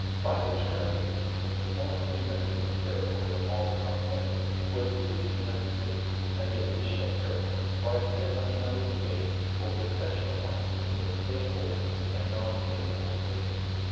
by the terms of the treaty the formerly mexican territory of alta california was ceded to the united states. and the additional territory sparked yet another debate over the sectional balance between slaveholding and non-slaveholding interests.